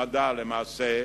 המדע, למעשה,